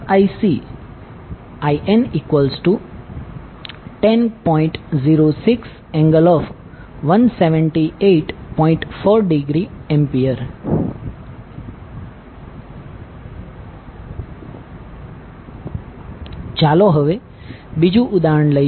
4°A ચાલો હવે બીજું ઉદાહરણ લઈએ